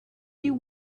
you